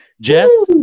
jess